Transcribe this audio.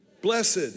blessed